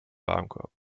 warenkorb